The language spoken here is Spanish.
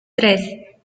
tres